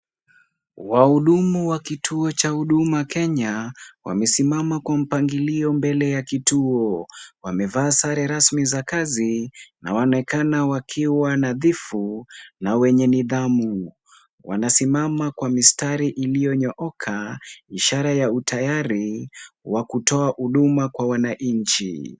Wahudumu wa kituo cha huduma Kenya wamesimama kwa mpangilio mbele ya kituo. Wamevaa sare rasmi za kazi na wanaonekana wakiwa nadhifu na wenye nidhamu. Wanasimama kwa mistrari iliyonyooka ishara ya utayari wa kutoa huduma kwa wananchi.